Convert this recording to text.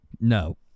No